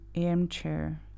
armchair